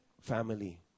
family